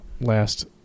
last